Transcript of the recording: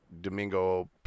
Domingo